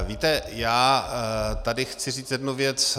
Víte, já tady chci říci jednu věc.